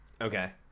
Okay